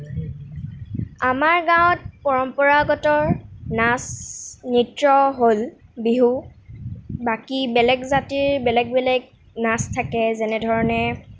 আমাৰ গাঁৱত পৰম্পৰাগত নাচ নৃত্য় হ'ল বিহু বাকী বেলেগ জাতিৰ বেলেগ বেলেগ নাচ থাকে যেনেধৰণে